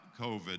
COVID